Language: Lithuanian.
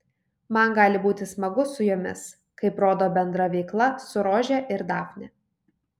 man gali būti smagu su jomis kaip rodo bendra veikla su rože ir dafne